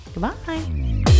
Goodbye